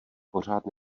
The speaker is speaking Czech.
pořád